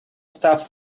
stuff